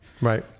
Right